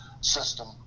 system